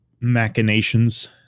machinations